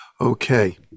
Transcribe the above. Okay